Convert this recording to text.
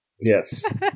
yes